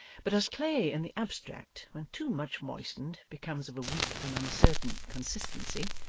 but as clay in the abstract, when too much moistened, becomes of a weak and uncertain consistency,